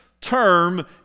term